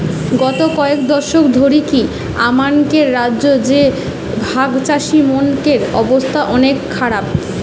গত কয়েক দশক ধরিকি আমানকের রাজ্য রে ভাগচাষীমনকের অবস্থা অনেক খারাপ